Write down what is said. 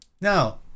now